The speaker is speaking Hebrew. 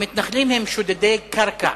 המתנחלים הם שודדי קרקע,